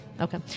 Okay